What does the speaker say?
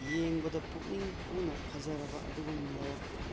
ꯌꯦꯡꯕꯗ ꯄꯨꯛꯅꯤꯡ ꯍꯨꯅ ꯐꯖꯔꯕ ꯑꯗꯨꯒꯨꯝꯂꯕ